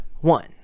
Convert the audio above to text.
one